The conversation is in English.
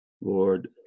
Lord